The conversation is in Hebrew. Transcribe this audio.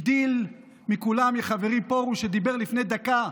הגדיל מכולם חברי פרוש, שדיבר לפני דקה.